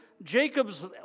Jacob's